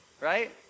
Right